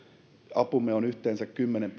apumme on yhteensä kymmenen